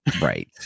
right